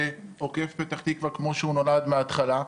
בעוקף פתח תקווה כמו שהוא נולד בהתחלה.